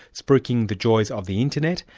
spruiking the joys of the internet,